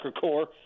core